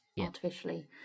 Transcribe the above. artificially